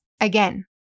Again